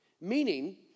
meaning